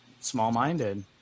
small-minded